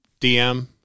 DM